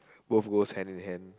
both goes hand in hand